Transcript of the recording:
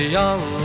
young